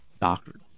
doctrine